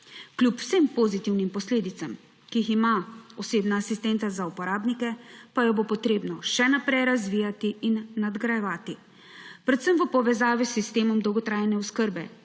Kljub vsem pozitivnim posledicam, ki jih ima osebna asistenca za uporabnike, pa jo bo treba še naprej razvijati in nadgrajevati, predvsem v povezavi s sistemom dolgotrajne osebe,